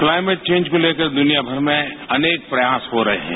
climate change को लेकर दुनियाभर में अनेक प्रयास हो रहे हैं